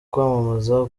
kwamamaza